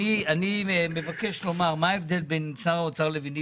אני מבקש לומר: מה ההבדל בין שר האוצר לביני?